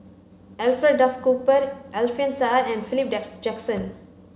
Alfred Duff Cooper Alfian Sa'at and Philip Jackson